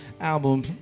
album